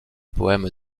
poème